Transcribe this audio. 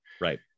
Right